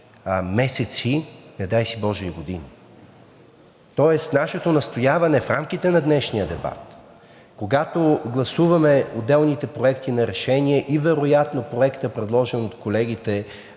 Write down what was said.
месеци, не дай си боже, и години. Нашето настояване е в рамките на днешния дебат, когато гласуваме отделните проекти на решение и вероятно проектът, предложен от колегите